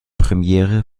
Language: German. premiere